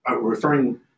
Referring